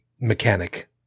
mechanic